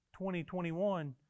2021